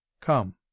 Come